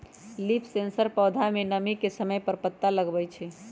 leaf sensor पौधा में नमी के समय पर पता लगवई छई